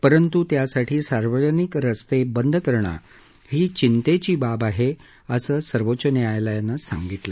परंतु त्यासाठी सार्वजनिक रस्ते बंद करणं ही चिंतेची बाब आहे असं सर्वोच्च न्यायालयानं सांगितलं